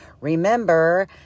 Remember